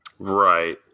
Right